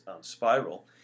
spiral